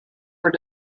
were